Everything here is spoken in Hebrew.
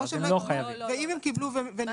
ואז הם לא חייבים.